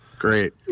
Great